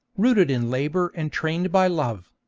rooted in labour and trained by love.